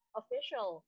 official